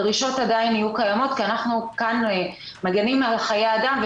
הדרישות עדיין יהיו קיימות כי אנחנו כאן מגנים על חיי אדם,